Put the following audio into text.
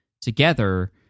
together